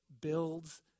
builds